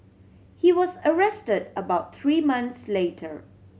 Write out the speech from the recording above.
he was arrested about three months later